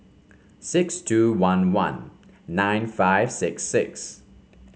six two one one nine five six six